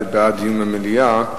בעד דיון במליאה,